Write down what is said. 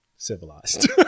Civilized